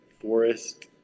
forest